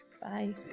Bye